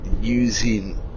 using